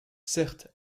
certes